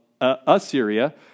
Assyria